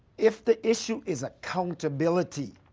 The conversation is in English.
if the issue is accountability,